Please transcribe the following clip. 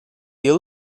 yıl